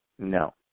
No